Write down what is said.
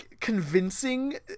convincing